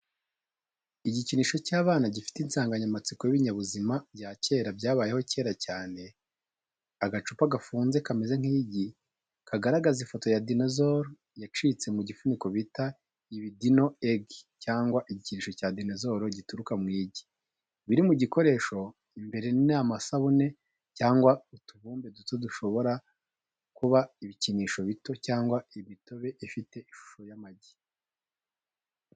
Igikinisho cy’abana gifite insanganyamatsiko y'ibinyabuzima bya kera byabayeho kera cyane. Agacupa gafunze kameze nk’igi, kagaragaza ifoto ya dinosaur yacitse mu gifuniko bita ibi dino egi cyangwa igikinisho cya dinozoro gituruka mu igi. Ibiri mu gikoresho imbere ni amasabune cyangwa utubumbe duto bishobora kuba ibikinisho bito cyangwa imitobe ifite ishusho y’amagi.